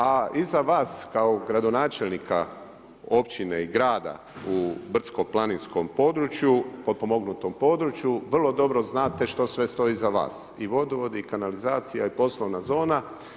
A iza vas kao gradonačelnika općine i grada u brdsko-planinskom području, potpomognutom području vrlo dobro znate što sve stoji iza vas i vodovod i kanalizacija i poslovna zona.